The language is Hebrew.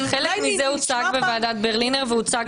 אולי נשמע פעם --- חלק מזה הוצג בוועדת ברלינר והוצג פה בוועדה.